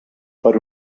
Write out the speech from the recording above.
per